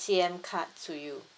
A_T_M card to you